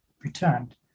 returned